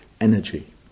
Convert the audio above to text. energy